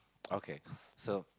okay so